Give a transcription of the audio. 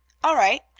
all right.